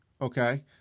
Okay